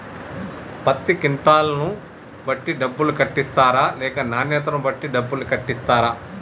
పత్తి క్వింటాల్ ను బట్టి డబ్బులు కట్టిస్తరా లేక నాణ్యతను బట్టి డబ్బులు కట్టిస్తారా?